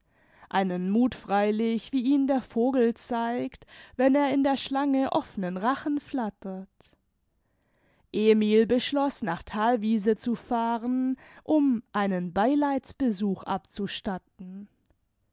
einen muth freilich wie ihn der vogel zeigt wenn er in der schlange offnen rachen flattert emil beschloß nach thalwiese zu fahren um einen beileidsbesuch abzustatten